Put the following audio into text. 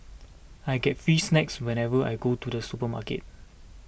I get free snacks whenever I go to the supermarket